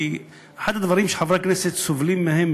כי אחד הדברים שחברי הכנסת סובלים מהם,